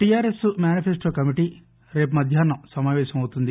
TRS manifesto committee రేపు మధ్యాహ్నం సమాపేశం అవుతుంది